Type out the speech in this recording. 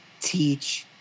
teach